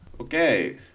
Okay